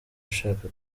ushaka